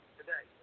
today